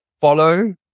follow